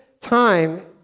time